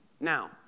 Now